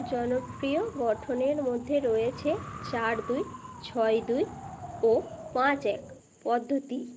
জনপ্রিয় গঠনের মধ্যে রয়েছে চার দুই ছয় দুই ও পাঁচ এক পদ্ধতি